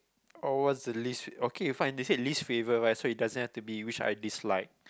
oh what's your least okay fine they said least favourite right so it doesn't have to be which I dislike